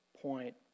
point